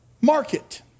Market